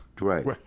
Right